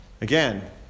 Again